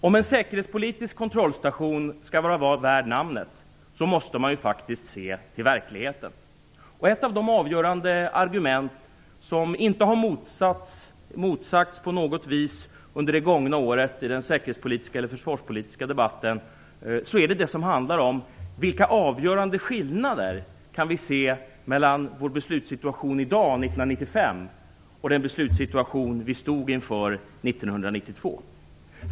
Om en säkerhetspolitisk kontrollstation skall vara värd namnet, måste man faktiskt se till verkligheten. Ett av de avgörande argument som inte på något vis har motsagts under det gångna året i den säkerhetspolitiska eller försvarspolitiska debatten är det som handlar om vilka avgörande skillnader som vi kan se mellan vår beslutssituation i dag 1995 och den beslutssituation som vi stod inför 1992.